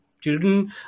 children